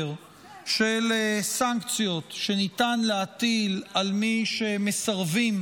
של סנקציות שניתן להטיל על מי שמסרבים